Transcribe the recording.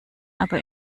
aber